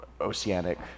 oceanic